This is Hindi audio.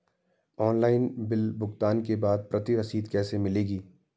ऑनलाइन बिल भुगतान के बाद प्रति रसीद कैसे मिलेगी?